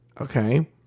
okay